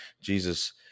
Jesus